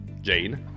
Jane